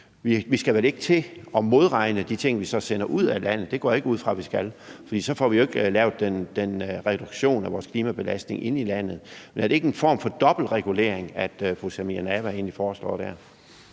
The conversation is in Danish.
vi skal vel ikke til at modregne de ting, vi så sender ud af landet. Det går jeg ikke ud fra vi skal, for så får vi jo ikke lavet den reduktion af vores klimabelastning her i landet. Er det ikke en form for dobbeltregulering, som fru Samira Nawa egentlig foreslår der?